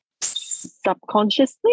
subconsciously